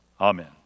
amen